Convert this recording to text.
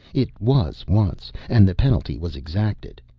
it was once and the penalty was exacted.